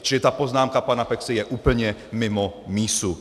Čili ta poznámka pana Peksy je úplně mimo mísu.